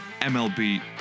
MLB